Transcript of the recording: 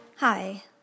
Hi